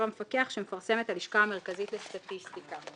המפקח שמפרסמת הלשכה המרכזית לסטטיסטיקה."